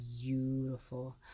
beautiful